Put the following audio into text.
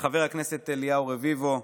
חבר הכנסת אליהו רביבו,